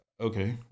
okay